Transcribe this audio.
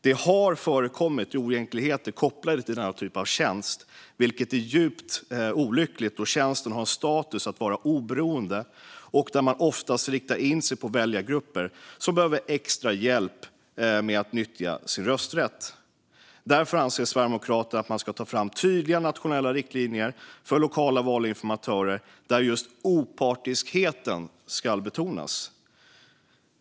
Det har förekommit oegentligheter kopplat till denna typ av tjänst, vilket är djupt olyckligt då tjänsten har status som oberoende och ofta riktar in sig på väljargrupper som behöver extra hjälp med att nyttja sin rösträtt. Därför anser Sverigedemokraterna att det ska tas fram tydliga nationella riktlinjer för lokala valinformatörer där just opartiskheten betonas.